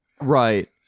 Right